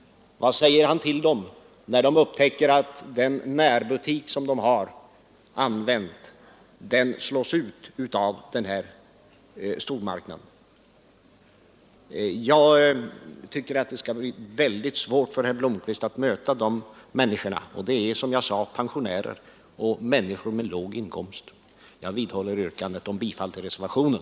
Vad säger han till dem när de upptäcker att den närbutik som de har använt slås ut av stormarknaden? Jag tror att det blir väldigt svårt för herr Blomkvist att möta dessa människor, och det är som jag sade pensionärer och andra människor med låg inkomst. ; Jag vidhåller yrkandet om bifall till reservationen.